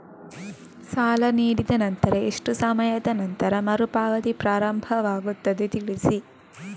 ಸಾಲ ನೀಡಿದ ನಂತರ ಎಷ್ಟು ಸಮಯದ ನಂತರ ಮರುಪಾವತಿ ಪ್ರಾರಂಭವಾಗುತ್ತದೆ ತಿಳಿಸಿ?